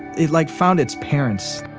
it like found its parents